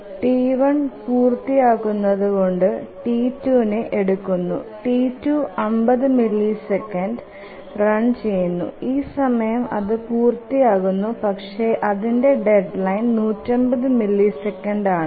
T1 പൂർത്തിയാകുന്നകൊണ്ട് T2നേ എടുക്കുന്നു T2 50മില്ലിസെക്കൻസ് റൺ ചെയുന്നു ഈ സമയം അതു പൂർത്തിയാകുന്നു പക്ഷെ അതിന്ടെ ഡെഡ്ലൈൻ 150 മില്ലിസെക്കൻഡ്സ് ആണ്